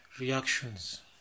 reactions